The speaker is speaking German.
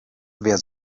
wer